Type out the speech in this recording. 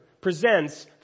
presents